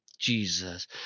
Jesus